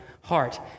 heart